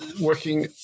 working